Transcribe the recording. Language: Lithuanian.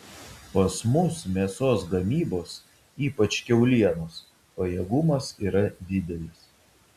pas mus mėsos gamybos ypač kiaulienos pajėgumas yra didelis